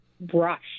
brush